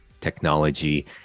technology